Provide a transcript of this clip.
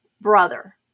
brother